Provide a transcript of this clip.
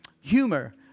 humor